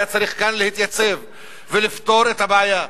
היה צריך כאן להתייצב ולפתור את הבעיה.